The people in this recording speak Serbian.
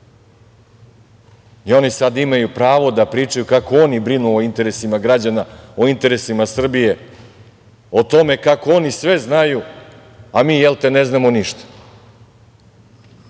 oni sad imaju pravo da pričaju kako oni brinu o interesima građana, o interesima Srbije o tome kako oni sve znaju, a mi jel te ne znamo ništa.